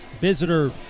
visitor